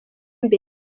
imbere